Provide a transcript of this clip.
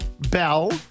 bell